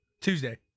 Tuesday